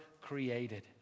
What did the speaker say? created